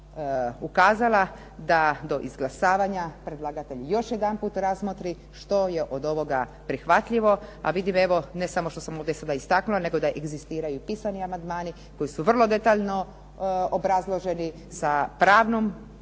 sada ukazala, da do izglasavanja predlagatelj još jedanput razmotri što je od ovoga prihvatljivo. A vidim evo ne samo što sam ovdje sada istaknula nego da egzistiraju i pisani amandmani koji su vrlo detaljno obrazloženi sa pravnom podlogom,